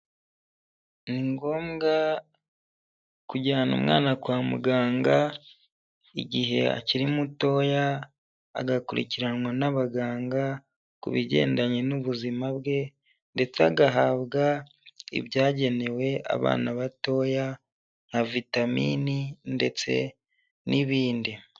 Ni ngombwa kujyana umwana kwa muganga igihe akiri mutoya agakurikiranwa n'abaganga ku bigendanye n'ubuzima bwe ndetse agahabwa ibyagenewe abana batoya nka vitamini ndetse n'ibindi.